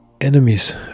Enemies